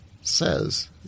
says